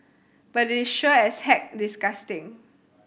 but it is sure as heck disgusting